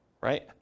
right